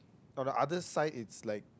on the other side it's like